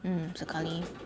mm sekali